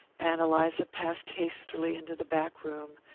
ann eliza passed hastily into the back room,